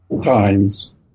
times